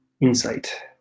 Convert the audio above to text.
insight